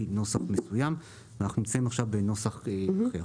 נוסח מסוים ואנחנו נמצאים עכשיו בנוסח אחר.